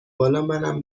بالامنم